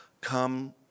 come